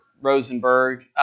Rosenberg